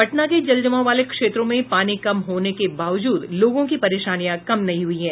पटना के जल जमाव वाले क्षेत्रों में पानी कम होने के बावजूद लोगों की परेशानियां कम नहीं हुई है